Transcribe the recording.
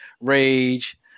rage